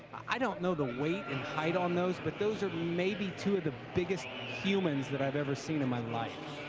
i don't know the weight and height on those, but those are maybe two of the biggest humans that i've ever seen in my life.